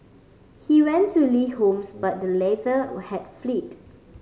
he went to Li homes but the latter had fled